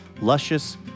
luscious